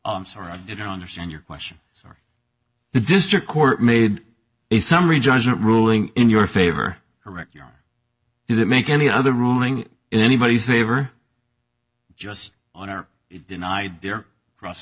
i'm sorry i didn't understand your question sorry the district court made a summary judgment ruling in your favor correct does it make any other ruling in anybody's favor just on are denied their cross